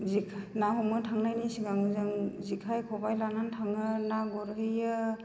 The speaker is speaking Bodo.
जि ना हमनो थांनायनि सिगांनो जों जेखाइ खबाइ लानानै थाङो ना गुरहैयो